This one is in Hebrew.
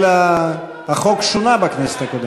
כל החוק שונה בכנסת הקודמת.